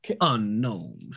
unknown